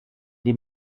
die